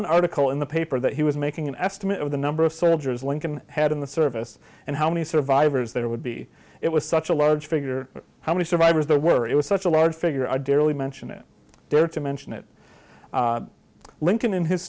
an article in the paper that he was making an estimate of the number of soldiers lincoln had in the service and how many survivors there would be it was such a large figure how many survivors there were it was such a large figure i dearly mention it there to mention it lincoln in his